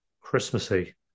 Christmassy